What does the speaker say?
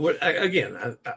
again